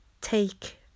take